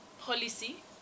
policy